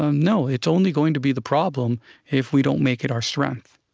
um no, it's only going to be the problem if we don't make it our strength.